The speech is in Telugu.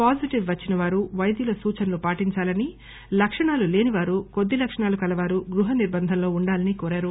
పాజిటివ్ వచ్చిన వారు పైద్యుల సూచనలు పాటించాలని లక్షణాలు లేనివారుకొద్ది లక్షణాలు గలవారు గృహ నిర్భందం లో ఉండాలని కోరారు